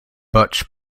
butch